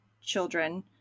children